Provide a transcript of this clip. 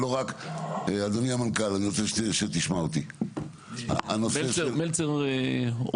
אני רק רוצה לומר דבר אחד לאוצר, לא